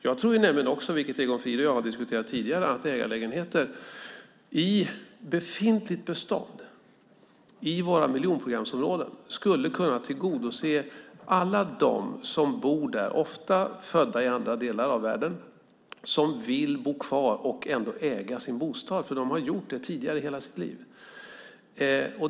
Jag tror nämligen också, vilket Egon Frid och jag har diskuterat tidigare, att ägarlägenheter i befintligt bestånd, i våra miljonprogramsområden, skulle kunna tillgodose behoven för alla dem som bor där som ofta är födda i andra delar av världen och som vill bo kvar och ändå äga sin bostad, för det har de gjort tidigare i hela sina liv.